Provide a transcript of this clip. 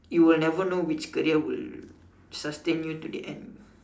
you will never know which career will sustain you to the end